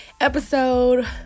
episode